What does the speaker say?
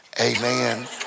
Amen